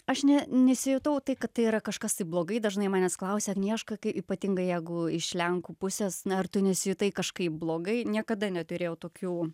aš ne nesijutau tai kad tai yra kažkas tai blogai dažnai manęs klausia agnieška kai ypatingai jeigu iš lenkų pusės na ir tu nesijutai kažkaip blogai niekada neturėjau tokių